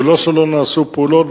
זה לא שלא נעשו פעולות,